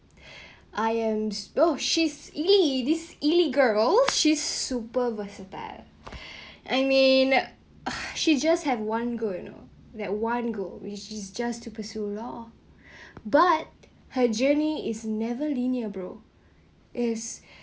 I am oh she's is this elly girl she's super versatile I mean uh she just have one goal you know that one goal which is just to pursue law but her journey is never linear bro is